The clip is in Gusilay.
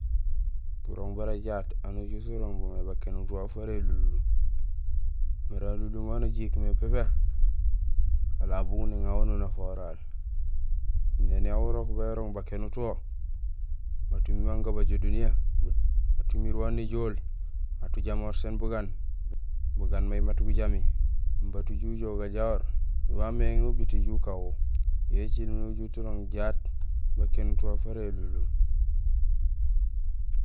Burooŋ bara jaat, aan ujut urooŋ bo may bakénut waaf wara élunlum. Mara alunlum waan éjéék mé pépé, alal bugu néŋawo nunafahoral. Néni aw urok bérooŋ bakénut wo, mat umi wan gabajo duniyee, mat umi wan néjool, mat ujamoor sén bugaan, bagaan may mat gujami, bat uju ojoow gajahoor, waméŋé ubiit éju ukanwo. Yo écilmé ujut urooŋ jaat bakénut waaf wara élunlum.